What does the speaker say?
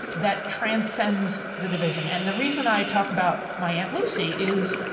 that transcends the division. and the reason i talk about my aunt lucy is,